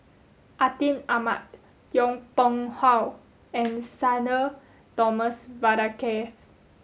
Atin Amat Yong Pung How and Sudhir Thomas Vadaketh